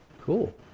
Cool